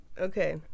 Okay